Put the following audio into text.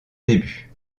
début